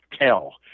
tell